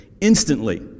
instantly—